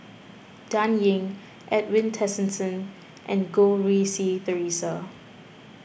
Dan Ying Edwin Tessensohn and Goh Rui Si theresa